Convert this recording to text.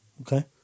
Okay